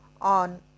on